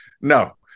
no